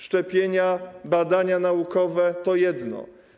Szczepienia, badania naukowe - to jedno.